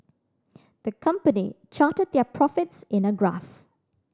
the company charted their profits in a graph